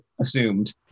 assumed